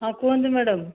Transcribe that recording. ହଁ କୁହନ୍ତୁ ମ୍ୟାଡ଼ାମ